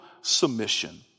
submission